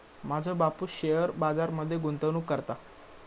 माझो बापूस शेअर बाजार मध्ये गुंतवणूक करता